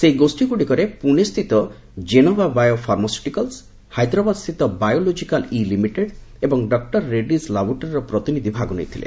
ସେହି ଗୋଷ୍ଠୀଗ୍ରଡ଼ିକରେ ପ୍ରଣେ ସ୍ଥିତ ଜେନୋଭା ବାୟୋଫାର୍ମାସ୍ୟଟିକାଲ୍ବ ହାଇଦ୍ରାବାଦ ସ୍ଥିତ ବାୟୋଲୋଜିକାଲ୍ ଇ ଲିମିଟେଡ୍ ଏବଂ ଡକ୍ଟର ରେଡ୍ଭିଜ୍ ଲାବରେଟୋରିର ପ୍ରତିନିଧି ଭାଗ ନେଇଥିଲେ